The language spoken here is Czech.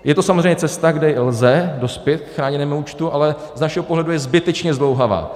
Je to samozřejmě cesta, kdy lze dospět k chráněnému účtu, ale z našeho pohledu je zbytečně zdlouhavá.